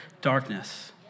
darkness